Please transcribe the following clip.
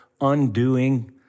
undoing